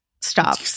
stop